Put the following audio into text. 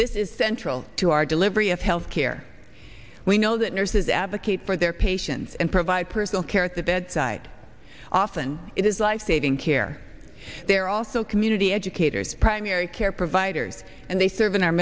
this is central to our delivery of health care we know that nurses advocate for their patients and provide personal care at the bedside often it is lifesaving care there are also community educators primary care providers and they serve in our